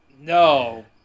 No